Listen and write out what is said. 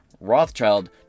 Rothschild